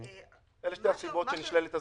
אלה שתי הסיבות שנשללת הזכאות.